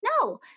No